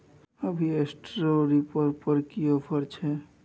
अभी straw reaper पर की ऑफर छै?